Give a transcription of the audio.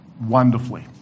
wonderfully